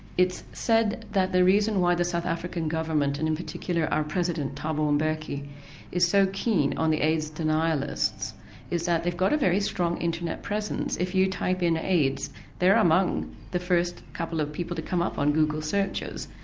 it's said that the reason why the south african government and in particular our president ah thabo mbeki is so keen on the aids denialists is that they've got a very strong internet presence. if you type in aids they are among the first couple of people to come up on google searches.